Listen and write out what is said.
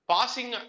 Passing